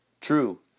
true